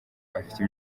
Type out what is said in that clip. afite